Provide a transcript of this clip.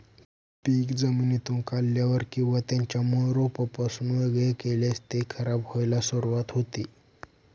पीक जमिनीतून काढल्यावर किंवा त्याच्या मूळ रोपापासून वेगळे केल्यास ते खराब व्हायला सुरुवात होते